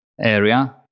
area